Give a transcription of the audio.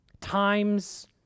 Times